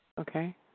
Okay